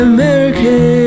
American